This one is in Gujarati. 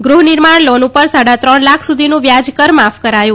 ગૃહનિર્માણ લોન ર સાડા ત્રણ લાખ સુધીનું વ્યાજ કરમાફ કરાયું